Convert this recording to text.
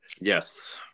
yes